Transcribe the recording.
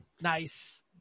Nice